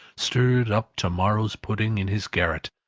stirred up to-morrow's pudding in his garret,